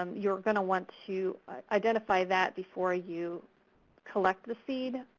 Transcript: um you're going to want to identify that before you collect the seed,